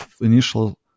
initial